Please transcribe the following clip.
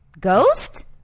Ghost